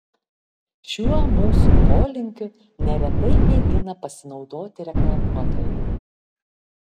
šiuo mūsų polinkiu neretai mėgina pasinaudoti reklamuotojai